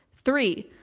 three.